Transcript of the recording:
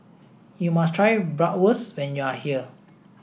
you must try Bratwurst when you are here